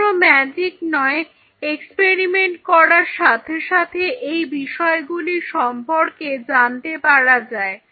কোনও ম্যাজিক নয় এক্সপেরিমেন্ট করার সাথে সাথে এই বিষয়গুলি সম্পর্কে জানতে পারা যায়